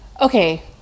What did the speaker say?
Okay